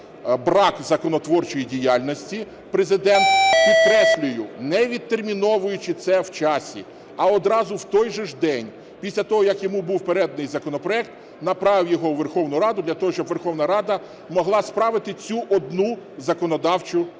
брак законотворчої діяльності, Президент, підкреслюю, не відтерміновуючи це в часі, а одразу в той же ж день після того, як йому був переданий законопроект, направив його у Верховну Раду для того, щоб Верховна Рада могла справити цю одну законодавчу